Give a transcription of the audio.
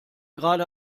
gerade